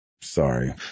sorry